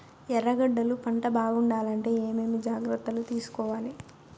ఎర్రగడ్డలు పంట బాగుండాలంటే ఏమేమి జాగ్రత్తలు తీసుకొవాలి?